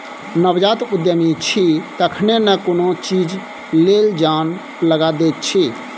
नवजात उद्यमी छी तखने न कोनो चीज लेल जान लगा दैत छी